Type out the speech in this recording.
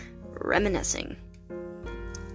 reminiscing